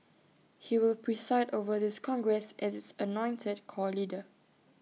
he will preside over this congress as its anointed core leader